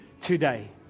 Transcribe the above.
today